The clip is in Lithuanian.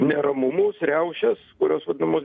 neramumus riaušes kurios vadinamos